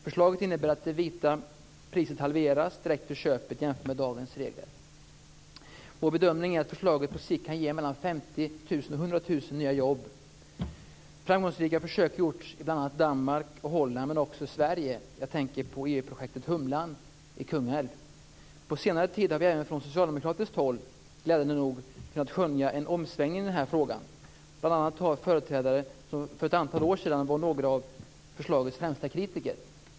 Förslaget innebär att det vita priset halveras direkt vid köpet jämfört med dagens regler. Vår bedömning är att förslaget på sikt kan ge mellan 50 000 Framgångsrika försök har gjorts bl.a. i Danmark och i Holland men också i Sverige. Jag tänker på EU projektet Humlan i Kungälv. På senare tid har vi glädjande nog även kunnat skönja en omsvängning i den här frågan från socialdemokratiskt håll. Det gäller bl.a. företrädare som för ett antal år sedan var några av förslagets främsta kritiker.